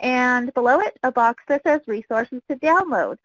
and below it a box that says resources to download.